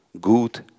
good